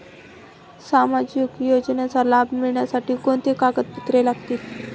सामाजिक योजनेचा लाभ मिळण्यासाठी कोणती कागदपत्रे लागतील?